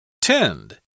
Tend